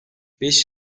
beş